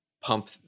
pump